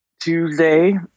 Tuesday